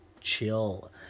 chill